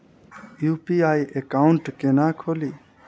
UPI account केना खोलि?